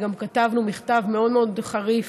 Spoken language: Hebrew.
וגם כתבנו מכתב מאוד מאוד חריף: